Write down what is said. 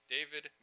David